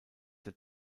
der